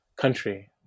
country